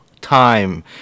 time